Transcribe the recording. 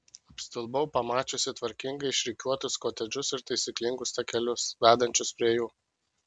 apstulbau pamačiusi tvarkingai išrikiuotus kotedžus ir taisyklingus takelius vedančius prie jų